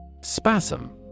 Spasm